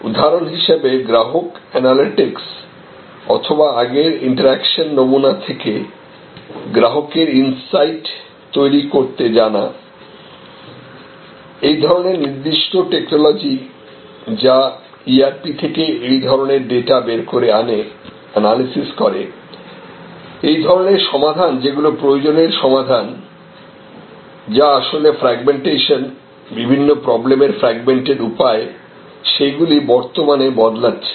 উদাহরণ হিসেবে গ্রাহক অ্যানালিটিকস অথবা আগের ইন্টারঅ্যাকশন নমুনা থেকে গ্রাহকের ইনসাইট তৈরি করতে জানা এই ধরনের নির্দিষ্ট টেকনোলজি যা ERP থেকে এই ধরনের ডেটা বের করে আনে অ্যানালিসিস করে এই ধরনের সমাধান যেগুলো প্রয়োজনের সমাধানযা আসলে ফ্র্যাগমেন্টেশন বিভিন্ন প্রবলেমের ফ্র্যাগমেন্টেন্ড উপায় সেইগুলি বর্তমানে বদলাচ্ছে